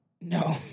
No